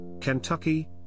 Kentucky